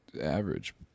average